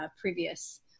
previous